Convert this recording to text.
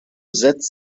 setzt